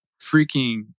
freaking